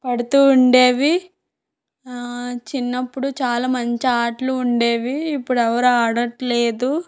పడుతూ ఉండేవి చిన్నప్పుడు చాలా మంచి ఆటలు ఉండేవి ఇప్పుడు ఎవరు ఆడటం లేదు